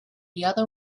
another